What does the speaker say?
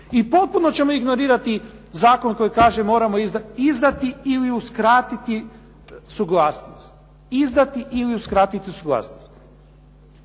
i potpuno ćemo ignorirati zakon koji kaže moramo izdati ili uskratiti suglasnost, izdati ili uskratiti suglasnost.